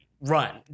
run